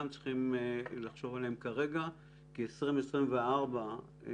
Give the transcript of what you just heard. צריכים לחשוב עליהן כרגע כי 2024 מתקרב.